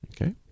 Okay